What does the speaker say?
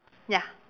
ya